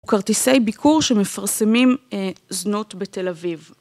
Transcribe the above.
כרטיסי ביקור שמפרסמים זנות בתל אביב.